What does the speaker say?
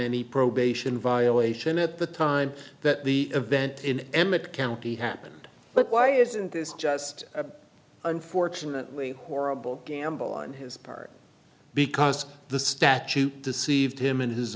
any probation violation at the time that the event in emmett county happened but why isn't this just a unfortunately horrible gamble on his part because the statute deceived him and his